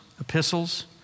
epistles